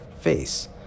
face